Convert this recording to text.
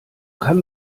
kann